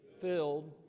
filled